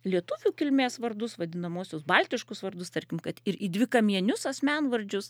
lietuvių kilmės vardus vadinamuosius baltiškus vardus tarkim kad ir į dvikamienius asmenvardžius